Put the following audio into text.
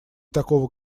такого